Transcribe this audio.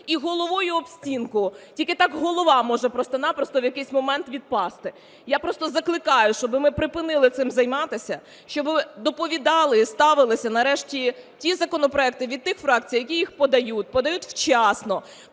і головою об стінку, тільки так голова може просто-напросто в якийсь момент відпасти. Я просто закликаю, щоби ми припинили цим займатися, щоби доповідали і ставилися нарешті ті законопроекти, від тих фракцій, які їх подають, подають вчасно,